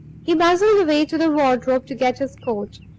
he bustled away to the wardrobe to get his coat.